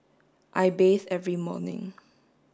I bathe every morning